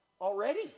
already